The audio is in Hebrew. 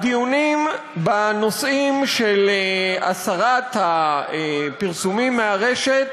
הדיונים בנושאים של הסרת הפרסומים מהרשת